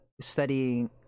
studying